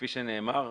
כפי שנאמר,